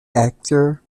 actor